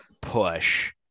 push